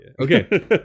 Okay